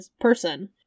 person